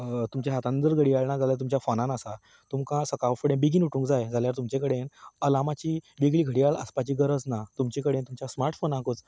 तुमच्या हातार जर घडयाळ ना जाल्यार तुमच्या फोनार आसा तुमकां सकाळ फुडें बेगीन उठूंक जाय जाल्यार तुमचे कडेन अलार्माची वेगळी घडयाळ आसपाची गरज ना तुमचे कडेन तुमच्या स्मार्ट फोनाकूच